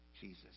Jesus